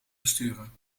besturen